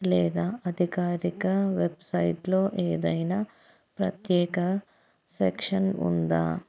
లేదా అధికారిక వెబ్సైట్లో ఏదైనా ప్రత్యేక సెక్షన్ ఉందా